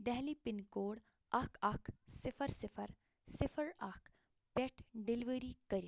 Delhi pin code اکھ اکھ صِفر صِفر صِفر اکھ پٮ۪ٹھ ڈیٚلؤری کٔرِتھ